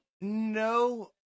No